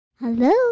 Hello